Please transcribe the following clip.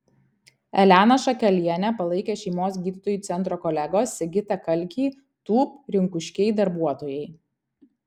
eleną šakelienę palaikė šeimos gydytojų centro kolegos sigitą kalkį tūb rinkuškiai darbuotojai